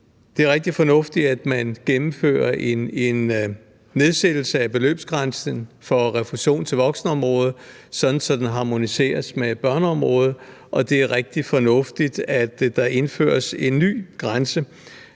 Det er rigtig fornuftigt, at man gennemfører en nedsættelse af beløbsgrænsen for refusion til voksenområdet, sådan at den harmoniseres med børneområdet, og det er rigtig fornuftigt, at der indføres en ny grænse,